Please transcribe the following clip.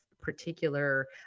particular